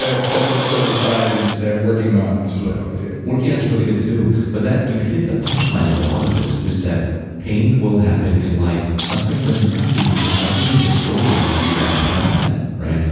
and set it aside and just say i'm working on, which is what i always do working on is really good too, but that you've hit the punchline of a lot of this is that pain will happen in life. suffering doesn't have to because suffering is the story we wrap around that, right?